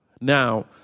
Now